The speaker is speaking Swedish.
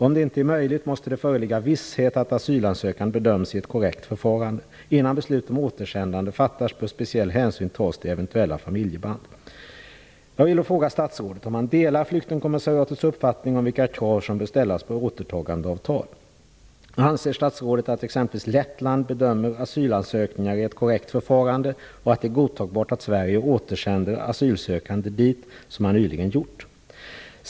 Om det inte är möjligt måste det föreligga visshet att asylansökan bedöms i ett korrekt förfarande. Innan beslut om återsändande fattas bör speciella hänsyn tas till eventuella familjeband. Jag vill då fråga statsrådet om han delar flyktingkommissariatets uppfattning om vilka krav som bör ställas på återtagandeavtal. Anser statsrådet att exempelvis Lettland bedömer asylansökningar i ett korrekt förfarande och att det är godtagbart att Sverige återsänder asylsökande dit som man nyligen har gjort?